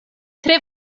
tre